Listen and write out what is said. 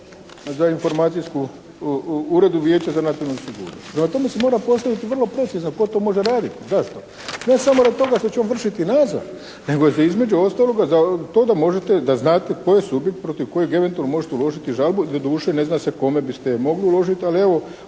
za informacijsku, uredu Vijeća za nacionalnu sigurnost. Prema tome se mora postaviti vrlo precizno tko to može raditi. Zašto? Ne samo radi toga što će on vršiti nadzor, nego između ostaloga da znate tko je subjekt protiv kojeg eventualno možete uložiti žalbu, jer doduše ne zna se kome biste je mogli uložiti, ali evo